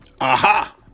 Aha